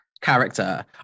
character